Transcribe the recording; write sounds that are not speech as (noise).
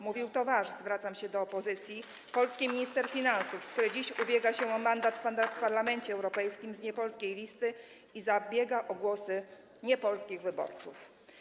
Mówił to wasz - zwracam się do opozycji - polski minister finansów, (applause) który dziś ubiega się o mandat w Parlamencie Europejskim z niepolskiej listy i zabiega o głosy niepolskich wyborców.